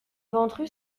ventru